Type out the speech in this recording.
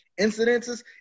incidences